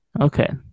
Okay